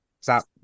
stop